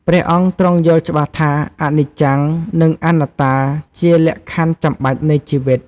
ព្រះអង្គទ្រង់យល់ច្បាស់ថា អនិច្ចំ និងអនត្តាជាលក្ខខណ្ឌចាំបាច់នៃជីវិត។